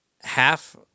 half